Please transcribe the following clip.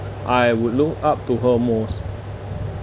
I would look up to her most